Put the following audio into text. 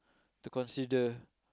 to consider